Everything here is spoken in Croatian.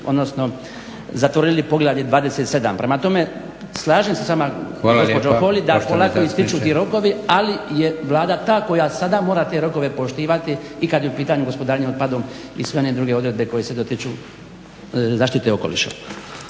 odnosno zatvorili Poglavlje 27. Prema tome, slažem se s vama gospođo Holy da polako ističu ti rokovi, ali je Vlada ta koja sada mora te rokove poštivati i kada je u pitanju gospodarenje otpadom i sve one druge odredbe koje se dotiču zaštite okoliša.